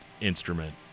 instrument